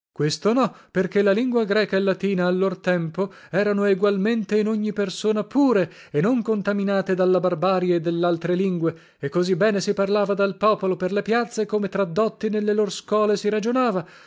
questo no perché la lingua greca e latina a lor tempo erano egualmente in ogni persona pure e non contaminate dalla barbarie dellaltre lingue e così bene si parlava dal popolo per le piazze come tra dotti nelle lor scole si ragionava